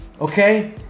okay